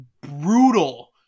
brutal